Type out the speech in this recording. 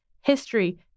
history